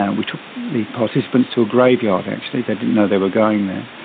and we took the participants to a graveyard actually. they didn't know they were going there.